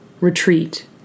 Retreat